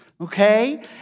Okay